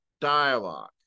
dialogue